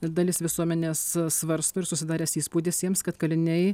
dalis visuomenės svarsto ir susidaręs įspūdis jiems kad kaliniai